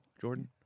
Jordan